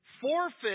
forfeit